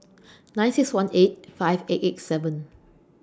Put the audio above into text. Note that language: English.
nine six one eight five eight eight seven